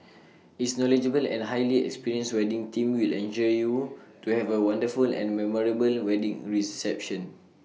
its knowledgeable and highly experienced wedding team will ensure you to have A wonderful and memorable wedding reception